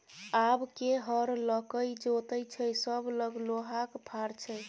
आब के हर लकए जोतैय छै सभ लग लोहाक फार छै